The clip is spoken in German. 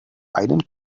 einen